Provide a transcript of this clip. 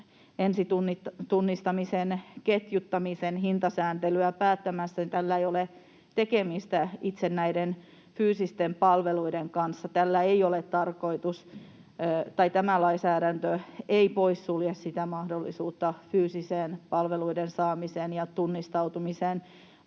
ensitunnistamisen ketjuttamisen hintasääntelyä päättämässä, ei ole tekemistä itse näiden fyysisten palveluiden kanssa. Tämä lainsäädäntö ei poissulje mahdollisuutta fyysiseen palveluiden saamiseen ja tunnistautumiseen